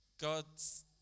God's